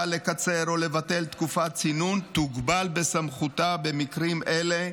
לקצר או לבטל תקופת צינון תוגבל בסמכותה במקרים אלה,